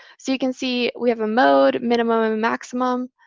so you can see we have a mode, minimum maximum.